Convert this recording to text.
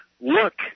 look